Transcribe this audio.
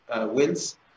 wins